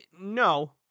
no